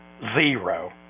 Zero